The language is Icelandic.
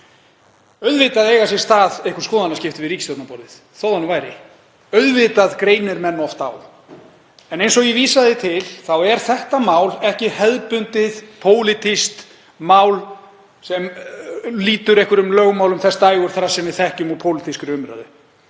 Auðvitað eiga sér stað einhver skoðanaskipti við ríkisstjórnarborðið, þó það nú væri. Auðvitað greinir menn oft á. En eins og ég vísaði til þá er þetta mál ekki hefðbundið pólitískt mál sem lýtur einhverjum lögmálum þess dægurþrass sem við þekkjum úr pólitískri umræðu.